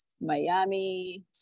Miami